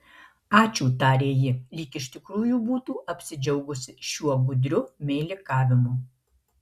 ačiū tarė ji lyg iš tikrųjų būtų apsidžiaugusi šiuo gudriu meilikavimu